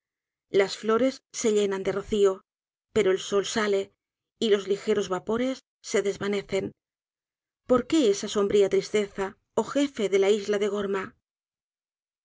las flores se llenan de rocío pero el sol sale y los ligeros vapores se desvanecen l'or qué esa sombría tristeza oh jefe de la isla de gorma